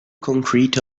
concrete